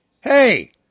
Hey